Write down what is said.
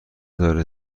داره